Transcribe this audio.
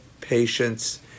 patients